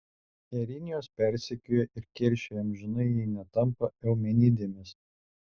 erinijos persekioja ir keršija amžinai jei netampa eumenidėmis